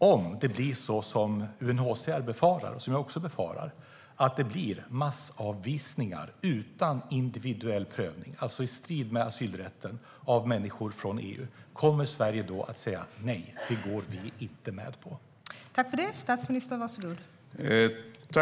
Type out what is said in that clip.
Om det blir som UNHCR befarar och som jag också befarar, att det blir massavvisningar från EU utan individuell prövning, alltså i strid med asylrätten, kommer Sverige då att säga nej och att man inte går med på detta?